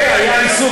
והיה עיסוק.